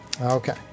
Okay